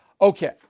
Okay